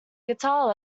guitar